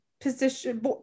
position